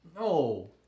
No